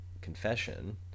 confession